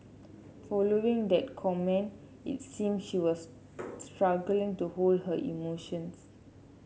following that comment it seemed she was struggling to hold her emotions